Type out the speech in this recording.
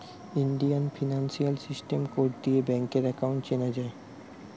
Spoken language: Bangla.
ইন্ডিয়ান ফিনান্সিয়াল সিস্টেম কোড দিয়ে ব্যাংকার একাউন্ট চেনা যায়